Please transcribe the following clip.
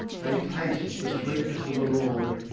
they taste the sweetness of the lord,